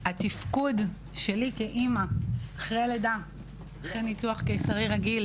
התפקוד שלי כאמא אחרי ניתוח קיסרי רגיל